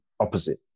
opposite